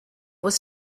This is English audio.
was